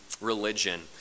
religion